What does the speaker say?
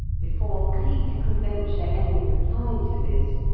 before cleek could venture any reply to this,